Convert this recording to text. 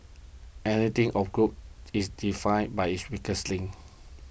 any team or group is defined by its weakest link